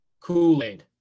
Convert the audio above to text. Kool-Aid